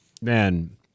man